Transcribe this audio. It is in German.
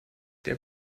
der